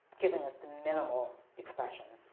giving us the minimal expression,